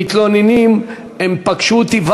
הם מתלוננים, הם פגשו אותי.